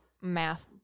math